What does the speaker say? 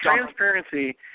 transparency